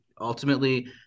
Ultimately